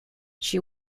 she